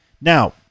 Now